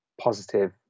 positive